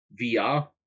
VR